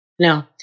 No